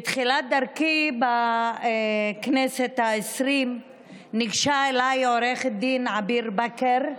בתחילת דרכי בכנסת העשרים ניגשה אליי עו"ד עביר בכר,